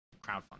crowdfunding